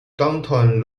downtown